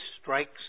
strikes